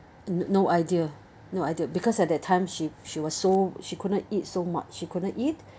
no idea no idea because at that time she she was so she couldn't eat so much she couldn't eat